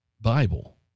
Bible